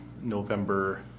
november